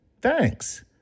Thanks